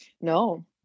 No